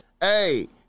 Hey